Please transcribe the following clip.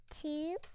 two